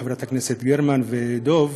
חברת הכנסת גרמן ודב,